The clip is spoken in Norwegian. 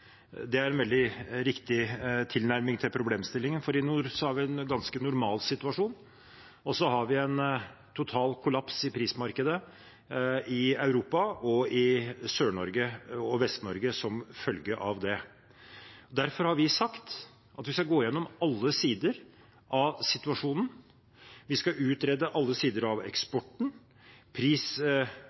har vi en ganske normal situasjon, og så har vi en total kollaps i prismarkedet i Europa og i Sør-Norge og Vest-Norge som følge av det. Derfor har vi sagt at vi skal gå igjennom alle sider av situasjonen. Vi skal utrede alle sider av eksporten,